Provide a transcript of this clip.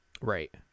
Right